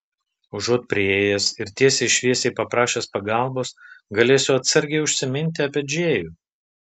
užuot priėjęs ir tiesiai šviesiai paprašęs pagalbos galėsiu atsargiai užsiminti apie džėjų